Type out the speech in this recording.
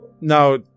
Now